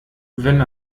wenn